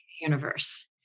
universe